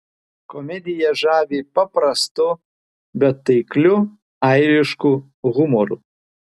komedija žavi paprastu bet taikliu airišku humoru